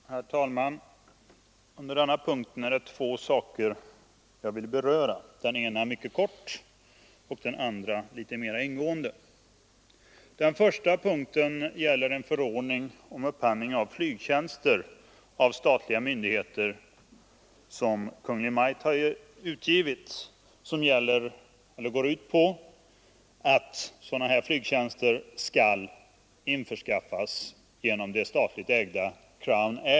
Herr talman! Under denna punkt är det två saker som jag vill beröra, den ena mycket kort och den andra litet mera ingående. Den första är kungörelsen om skyldighet för statliga myndigheter att anlita det halvstatliga flygbolaget Crownair AB.